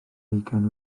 hugain